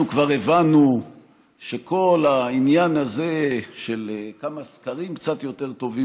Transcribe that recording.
אנחנו כבר הבנו שכל העניין הזה של כמה סקרים קצת יותר טובים,